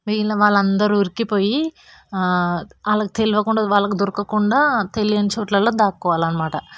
మిగిలిన వాళ్ళందరు ఉరికిపోయి ఆ వాళ్ళకు తెలవకుండా వాళ్ళకు దొరకకుండా తెలియని చోట్లలో దాక్కోవాలన్నమాట